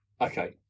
okay